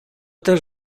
też